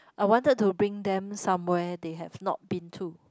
I wanted to bring them somewhere they have not been to